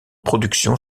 production